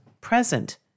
present